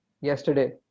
yesterday